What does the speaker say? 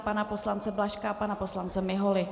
Pana poslance Blažka a pana poslance Miholy.